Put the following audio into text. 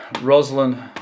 Rosalind